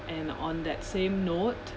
and on that same note